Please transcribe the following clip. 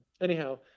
Anyhow